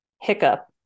hiccup